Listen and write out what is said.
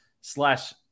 slash